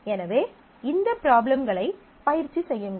எனவே இந்த ப்ராப்ளம்களைப் பயிற்சி செய்யுங்கள்